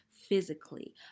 physically